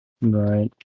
Right